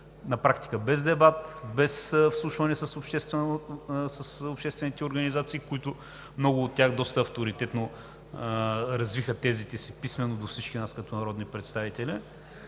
наложена тук, без дебат, без вслушване в обществените организации, много от които доста авторитетно развиха тезите си писмено до всички нас, като народни представители.